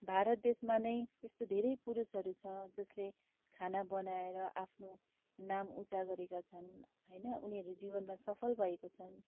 भारत देसमा नै यस्तो धेरै पुरुषहरू छ जसले खाना बनाएर आफ्नो नाम उच्चा गरेका छन् होइन उनीहरू जीवनमा सफल भएको छन्